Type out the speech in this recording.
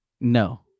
No